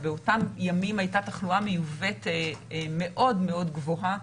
אז באותם ימים הייתה תחלואה מיובאת מאוד מאוד גבוהה.